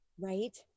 Right